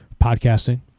podcasting